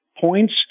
points